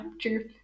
true